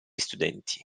studenti